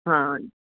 ਹਾਂ